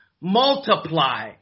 Multiply